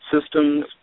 Systems